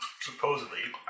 Supposedly